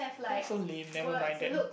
that's so lame never mind then